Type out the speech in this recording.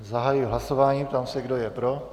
Zahajuji hlasování a ptám se, kdo je pro.